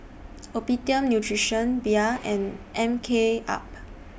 Optimum Nutrition Bia and M K up